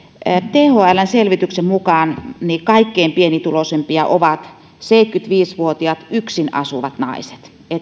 thln selvityksen mukaan kaikkein pienituloisimpia ovat seitsemänkymmentäviisi vuotiaat yksin asuvat naiset